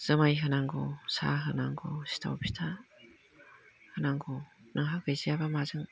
जुमाय होनांगौ साहा होनांगौ सिथाव फिथा होनांगौ नोंहा गैजायाबा माजों